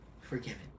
forgiven